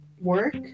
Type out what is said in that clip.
work